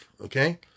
Okay